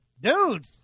dude